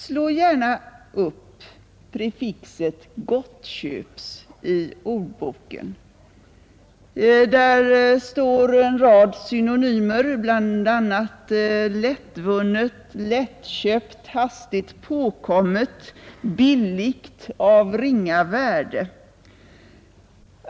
Slå gärna upp prefixet eller förleden gottköp i ordboken, Där står en rad synonymer, bland andra lättvunnet, lättköpt, hastigt tillkommet, billigt, av ringa värde.